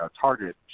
target